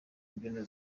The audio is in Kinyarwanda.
mbyino